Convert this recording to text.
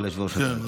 כן.